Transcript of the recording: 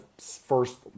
first